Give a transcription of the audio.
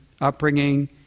upbringing